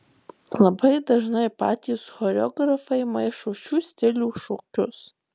labai dažnai patys choreografai maišo šių stilių šokius